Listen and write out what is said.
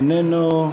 איננו.